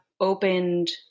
opened